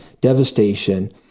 devastation